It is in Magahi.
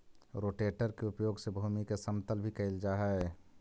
रोटेटर के उपयोग से भूमि के समतल भी कैल जा हई